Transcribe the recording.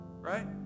right